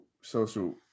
social